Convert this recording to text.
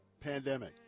pandemic